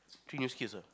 three new skills ah